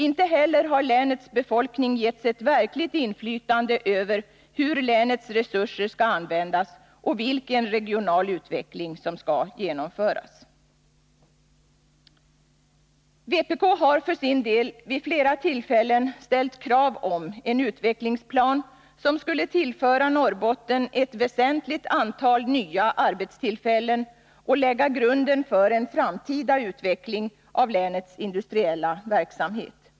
Inte heller har länets befolkning getts ett verkligt inflytande över hur länets resurser skall användas och vilken regional utveckling som skall genomföras. Vpk har för sin del vid flera tillfällen ställt krav på en utvecklingsplan, som skulle tillföra Norrbotten ett väsentligt antal nya arbetstillfällen och lägga grunden för en framtida utveckling av länets industriella verksamhet.